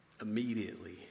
immediately